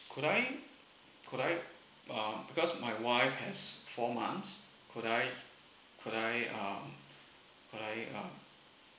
could I could I uh because my wife has four months could I could I um could I um